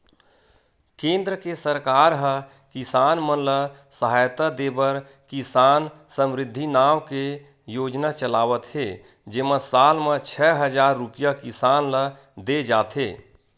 केंद्र के सरकार ह किसान मन ल सहायता देबर किसान समरिद्धि नाव के योजना चलावत हे जेमा साल म छै हजार रूपिया किसान ल दे जाथे